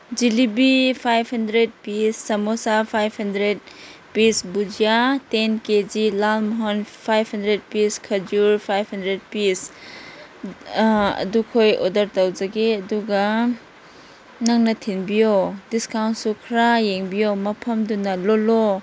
jalebi five hundred piece samosa five hundred piece bhujia ten K G lalmohan five hundred piece ꯈꯖꯨꯔ five hundred piece ꯑꯗꯨꯈꯣꯏ order ꯇꯧꯖꯒꯦ ꯑꯗꯨꯒ ꯅꯪꯅ ꯊꯤꯟꯕꯤꯌꯣ ꯗꯤꯁꯀꯥꯎꯟꯁꯨ ꯈꯔ ꯌꯦꯡꯕꯤꯌꯣ ꯃꯐꯝꯗꯨꯅ ꯂꯣꯂꯣ